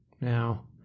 Now